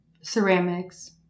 ceramics